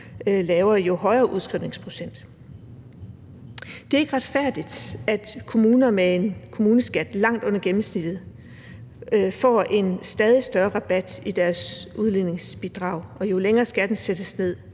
lavere, jo højere udskrivningsprocenten er. Det er ikke retfærdigt, at kommuner med en kommuneskat langt under gennemsnittet får en stadig større rabat i deres udligningsbidrag og jo længere skatten sættes ned.